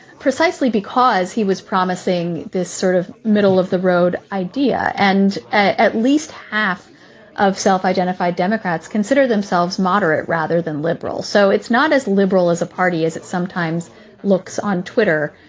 precisely because he was promising this sort of middle of the road idea and at at least half of self-identified democrats consider themselves moderate rather than liberal. so it's not as liberal as a party as it sometimes looks on twitter.